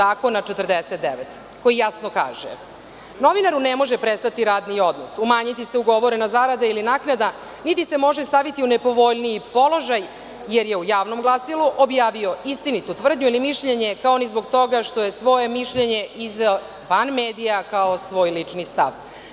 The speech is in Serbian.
Zakona, koji jasno kaže – novinaru ne može prestati radni odnos, umanjiti se ugovorena zarada ili naknada, niti se može staviti u nepovoljniji položaj, jer je u javnom glasilu objavio istinitu tvrdnju i mišljenje, kao ni zbog toga što je svoje mišljenje izneo van medija, kao svoj lični stav.